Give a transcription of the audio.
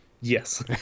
Yes